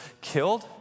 killed